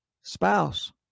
spouse